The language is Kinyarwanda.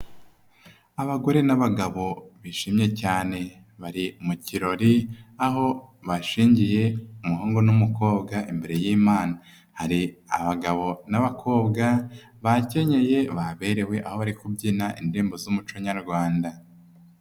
Abagore n'abagabo bishimye cyane, bari mu kirori aho bashyingiye umuhungu n'umukobwa imbere y'lmana, hari abagabo n'abakobwa bakennyeye baberewe ,aho bari kubyina indirimbo z'umuco nyarwanda.